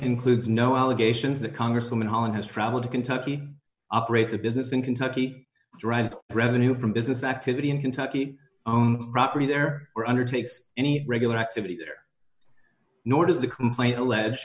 includes no allegations that congresswoman holland has traveled to kentucky operate a business in kentucky drive revenue from business activity in kentucky own property there are undertakes any regular activity there nor does the complaint alleged